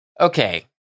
okay